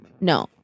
no